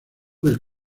del